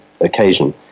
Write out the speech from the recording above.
occasion